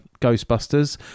Ghostbusters